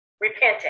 repenting